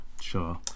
sure